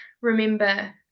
remember